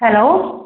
hello